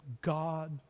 God